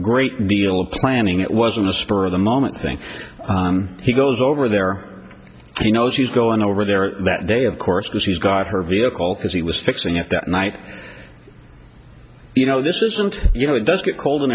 great deal of planning it wasn't a spur of the moment thing he goes over there he knows you going over there that day of course he's got her vehicle because he was fixing it that night you know this isn't you know it does get cold in